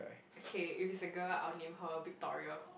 okay if it's a girl I'll name her Victoria